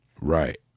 Right